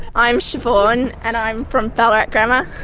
i'm siobhan, and i'm from ballarat grammar.